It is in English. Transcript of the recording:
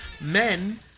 men